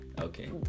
Okay